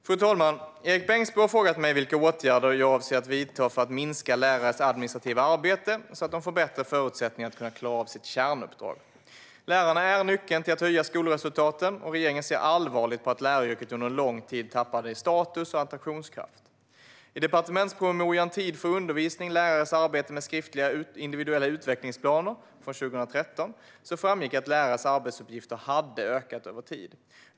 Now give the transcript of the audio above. Fru talman! Erik Bengtzboe har frågat mig vilka åtgärder jag avser att vidta för att minska lärarnas administrativa arbete så att de får bättre förutsättningar att klara av sitt kärnuppdrag. Lärarna är nyckeln till att förbättra skolresultaten. Regeringen ser allvarligt på att läraryrket under lång tid har tappat i status och attraktionskraft. I departementspromemorian Tid för undervisning - lärares arbete med skriftliga individuella utvecklingsplaner från 2013 framgick att lärares arbetsuppgifter hade ökat över tid.